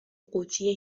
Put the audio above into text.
قوطی